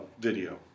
video